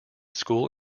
school